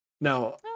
Now